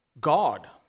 God